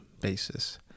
basis